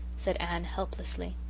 said anne helplessly.